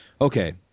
okay